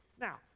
now